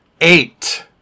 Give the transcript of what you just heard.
eight